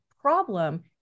problem